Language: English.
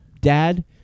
Dad